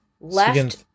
Left